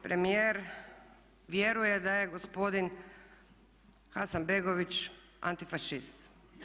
Premijer vjeruje da je gospodin Hasanbegović antifašist.